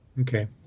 Okay